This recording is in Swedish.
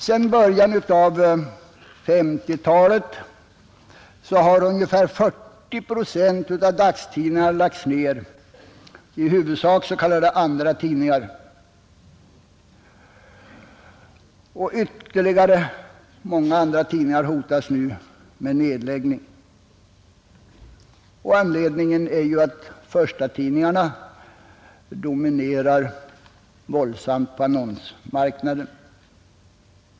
Sedan början av 1950-talet har ungefär 40 procent av dagstidningarna lagts ned, i huvudsak s.k. andratidningar. Ytterligare många andratidningar hotas nu av nedläggning. Anledningen är förstatidningarnas dominerande övertag på annonsmarknaden,.